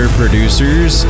producers